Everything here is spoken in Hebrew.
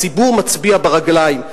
הציבור מצביע ברגליים,